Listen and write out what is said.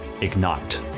ignite